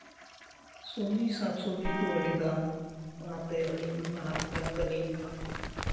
ᱥᱚᱵᱽᱡᱤ ᱥᱟᱠᱼᱥᱚᱵᱽᱡᱤ ᱠᱚ ᱟᱹᱰᱤ ᱫᱟᱢ ᱚᱱᱟᱛᱮ ᱟᱹᱞᱤᱧ ᱵᱟᱱᱟᱨ ᱵᱚᱭᱦᱟ ᱛᱟᱹᱞᱤᱧ